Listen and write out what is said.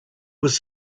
was